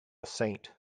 saint